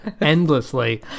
endlessly